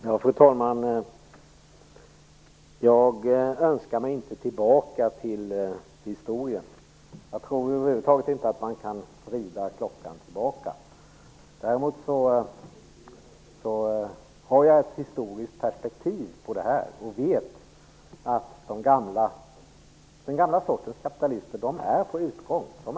Fru talman! Jag önskar mig inte tillbaka i historien. Jag tror över huvud taget inte att man kan vrida klockan tillbaka. Däremot har jag ett historiskt perspektiv och vet att den gamla sortens kapitalister är på utdöende.